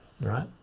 Right